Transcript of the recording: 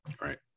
right